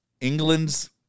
England's